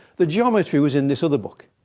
the geometry was in this other book.